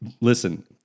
Listen